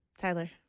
Tyler